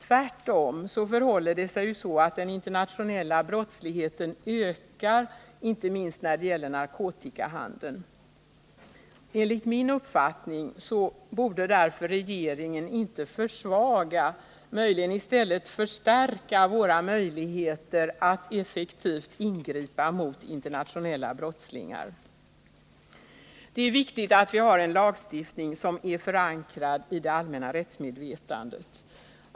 Tvärtom förhåller det sig ju så att den internationella brottsligheten ökar inte minst när det gäller narkotikahandeln. Enligt min uppfattning borde därför regeringen inte försvaga — möjligen i stället förstärka — våra möjligheter att effektivt ingripa mot internationella brottslingar. Det är viktigt att vi har en lagstiftning som är förankrad i det allmänna rättsmedvetandet.